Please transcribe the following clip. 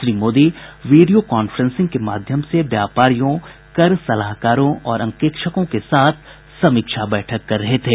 Shri Modi video conferencing के माध्यम से व्यापारियों कर सलाहकारों और अंकेक्षकों के साथ समीक्षा बैठक कर रहे थे